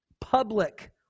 public